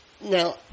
Now